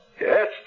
Yes